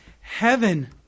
heaven